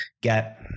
get